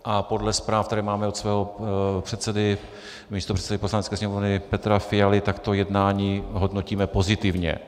A podle zpráv, které máme od svého předsedy, místopředsedy Poslanecké sněmovny Petra Fialy, to jednání hodnotíme pozitivně.